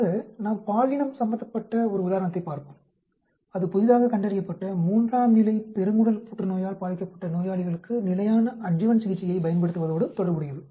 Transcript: ஆக நாம் பாலினம் சம்பந்தப்பட்ட ஒரு உதாரணத்தைப் பார்ப்போம் அது புதிதாக கண்டறியப்பட்ட மூன்றாம் நிலை பெருங்குடல் புற்றுநோயால் பாதிக்கப்பட்ட நோயாளிகளுக்கு நிலையான அட்ஜுவன்ட் சிகிச்சையைப் பயன்படுத்துவதோடு தொடர்புடையது